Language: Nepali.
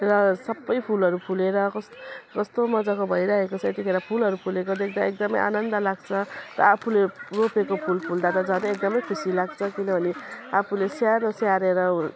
र सबै फुलहरू फुलेर कस कस्तो मजाको भइरहेको छ यतिखेर फुलहरू फुलेको देख्दा एकदमै आनन्द लाग्छ र आफूले रोपेको फुल फुल्दा त झनै एकदमै खुसी लाग्छ किनभने आफूले स्यारो स्याहारेर